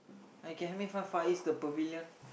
I can help me find Far East the Pavilion